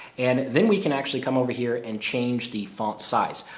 and then we can actually come over here and change the font size.